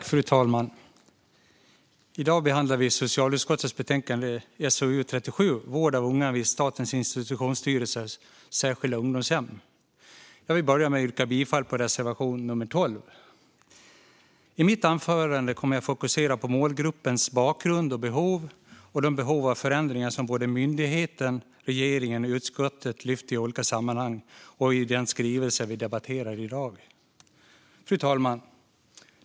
Fru talman! I dag behandlar vi socialutskottets betänkande SoU37 Vård av unga vid Statens institutionsstyrelses särskilda ungdomshem . Jag vill börja med att yrka bifall till reservation nummer 10. I mitt anförande kommer jag att fokusera på målgruppens bakgrund och behov och de behov av förändringar som både myndigheten, regeringen och utskottet har lyft fram i olika sammanhang och i den skrivelse vi debatterar i dag. Fru talman!